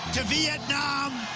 to vietnam.